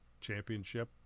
championship